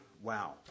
wow